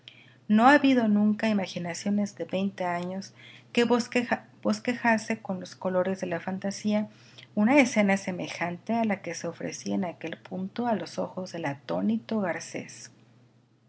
no ha habido nunca imaginaciones de veinte años que bosquejase con los colores de la fantasía una escena semejante a la que se ofrecía en aquel punto a los ojos del atónito garcés